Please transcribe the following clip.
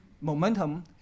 momentum